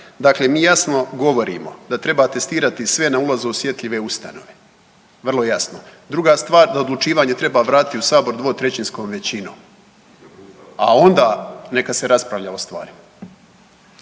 Dakle mi jasno govorimo da treba testirati sve na ulazu osjetljive ustanove. Vrlo jasno. Druga stvar, da odlučivanje treba vratiti u Sabor dvotrećinskom većinom. A onda neka se raspravlja o stvari.